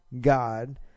God